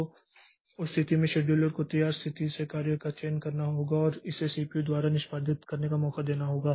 तो उस स्थिति में शेड्यूलर को तैयार स्थिति से कार्य का चयन करना होगा और इसे सीपीयू द्वारा निष्पादित करने का मौका देना होगा